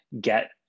get